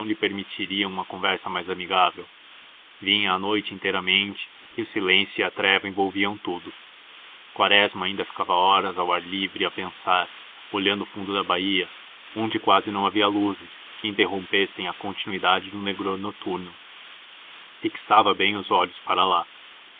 permitiriam uma conversa mais amigável vinha a noite inteiramente e o silêncio e a treva envolviam tudo quaresma ainda ficava horas ao ar livre a pensar olhando o fundo da baía onde quase não havia luzes que interrompessem a continuidade do negror noturno fixava bem os olhos para lá